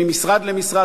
ממשרד למשרד,